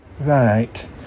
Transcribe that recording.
Right